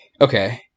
Okay